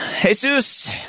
jesus